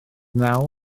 naw